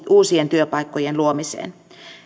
uusien työpaikkojen luomiseen